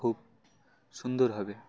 খুব সুন্দর হবে